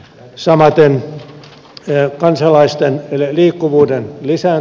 samaten kansalaisten liikkuvuuden lisää